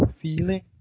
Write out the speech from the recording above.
feeling